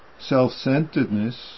self-centeredness